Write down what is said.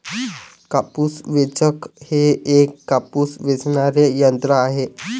कापूस वेचक हे एक कापूस वेचणारे यंत्र आहे